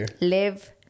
live